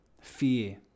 fear